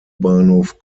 bahnhof